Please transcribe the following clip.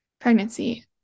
pregnancy